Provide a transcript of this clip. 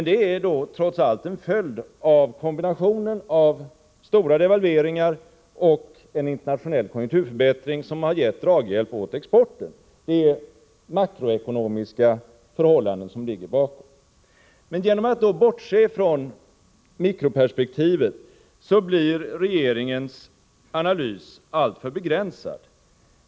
Det är trots allt en följd av kombinationen av stora devalveringar och en internationell konjunkturförbättring som gett draghjälp åt exporten. Det är makroekonomiska förhållanden som ligger bakom. Genom att regeringen bortser från mikroperspektivet blir dess analys alltför begränsad.